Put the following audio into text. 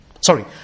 Sorry